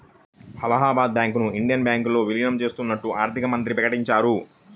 అలహాబాద్ బ్యాంకును ఇండియన్ బ్యాంకులో విలీనం చేత్తన్నట్లు ఆర్థికమంత్రి ప్రకటించారు